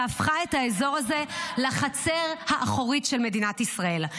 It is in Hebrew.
שהפכה את האזור הזה לחצר האחורית של מדינת ישראל.